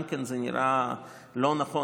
גם כן זה נראה לא נכון,